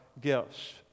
gifts